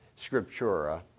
scriptura